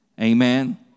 Amen